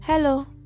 Hello